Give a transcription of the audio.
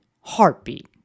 heartbeat